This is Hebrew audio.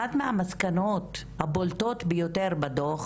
אחת המסקנות הבולטות ביותר בדוח